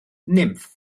nymff